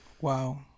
Wow